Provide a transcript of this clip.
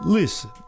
Listen